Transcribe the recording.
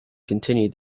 continue